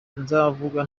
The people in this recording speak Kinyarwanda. nzavuga